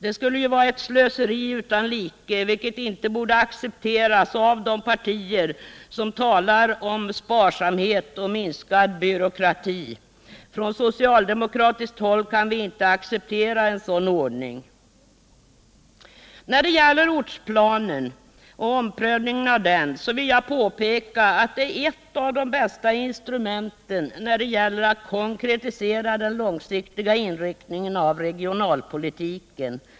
Det vore ett slöseri utan like, vilket inte borde accepteras av de partier som talar om sparsamhet och minskad byråkrati. På socialdemokratiskt håll kan vi inte acceptera en sådan ordning. När det gäller ortsplanen vill jag påpeka att det är ett av de bästa instrumenten när det gäller att konkretisera den långsiktiga inriktningen av regionalpolitiken.